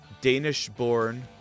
Danish-born